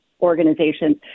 organizations